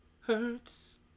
hurts